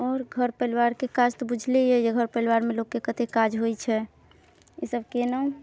आओर घर परिवारके काज तऽ बुझले अइ जे घर परिवारमे लोकके कते काज होइ छै ई सब केलहुँ